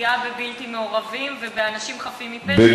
בוודאי לא חושב שזה